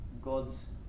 God's